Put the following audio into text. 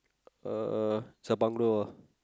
uh is a bungalow ah